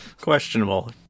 Questionable